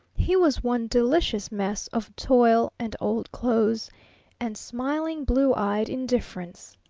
he was one delicious mess of toil and old clothes and smiling, blue-eyed indifference.